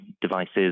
devices